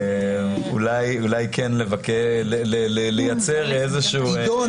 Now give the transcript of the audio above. אולי כן לייצר איזשהו --- עידו,